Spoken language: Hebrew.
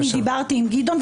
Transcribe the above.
אני דיברתי עם גדעון.